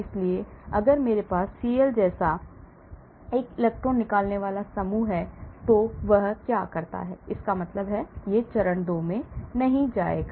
जबकि अगर मेरे पास Cl जैसा एक इलेक्ट्रान निकालने वाला समूह है तो क्या होता है इसका मतलब यह नहीं है कि चरण 2 नहीं होगा